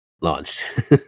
launched